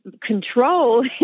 control